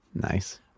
nice